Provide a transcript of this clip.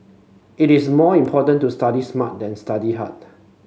it is more important to study smart than study hard